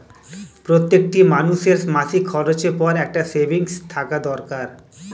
প্রত্যেকটি মানুষের মাসিক খরচের পর একটা সেভিংস থাকা দরকার